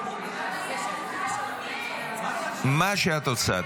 --- זה לא הנושא.